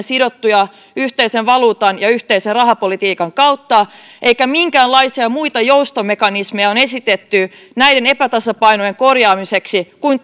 sidottuja yhteisen valuutan ja yhteisen rahapolitiikan kautta eikä minkäänlaisia muita joustomekanismeja ole esitetty näiden epätasapainojen korjaamiseksi kuin